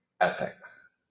ethics